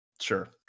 sure